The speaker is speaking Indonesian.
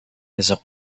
besok